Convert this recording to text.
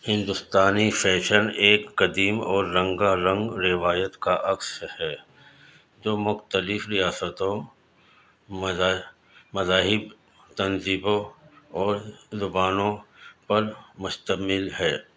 ہندوستانی فیشن ایک قدیم اور رنگا رنگ روایت کا عکس ہے جو مختلف ریاستوں مذاہب تنظیموں اور زبانوں پر مشتمل ہے